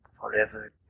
Forever